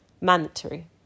mandatory